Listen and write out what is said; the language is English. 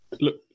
Look